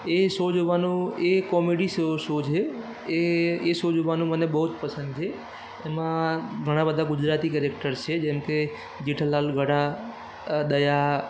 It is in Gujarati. એ શો જોવાનો એ કોમેડી સો શો છે એ એ શો જોવાનું મને બહુ જ પસંદ છે એમાં ઘણા બધા ગુજરાતી કેરેક્ટર્સ છે જેમ કે જેઠાલાલ ગડા અ દયા